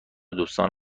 دوستان